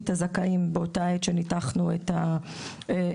באותה העת שבה ניתחנו את הדו"חות,